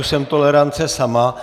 Jsem tolerance sama.